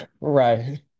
Right